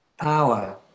power